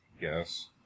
Yes